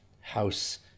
house